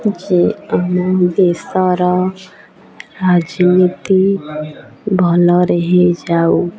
ଯେ ଆମ ଦେଶର ରାଜନୀତି ଭଲରେ ହେଇଯାଉ